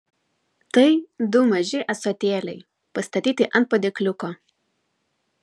tai du maži ąsotėliai pastatyti ant padėkliuko